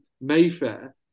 Mayfair